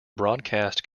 broadcast